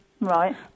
Right